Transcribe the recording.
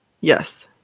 yes